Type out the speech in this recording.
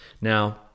Now